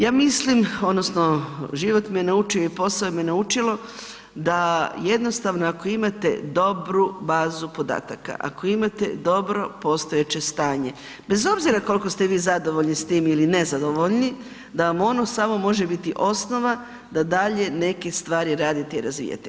Ja mislim, odnosno život me naučio i posao me naučilo da jednostavno ako imate dobru bazu podataka, ako imate dobro postojeće stanje, bez obzira koliko ste vi zadovoljni s tim ili nezadovoljni, da vam ono samo može biti osnova da dalje neke stvari radite i razvijate.